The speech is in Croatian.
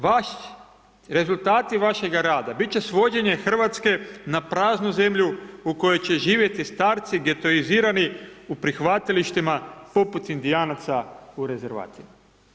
Vaš, rezultati vašega rada bit će svođenje Hrvatske na praznu zemlju u kojoj će živjeti starci getoizirani u prihvatilištima poput Indijanaca u rezervatima.